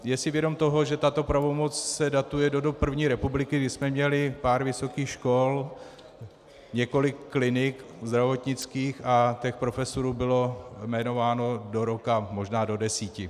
Je si vědom toho, že tato pravomoc se datuje do dob první republiky, kdy jsme měli pár vysokých škol, několik klinik zdravotnických a těch profesorů bylo jmenováno do roka možná do desíti.